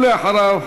ואחריו,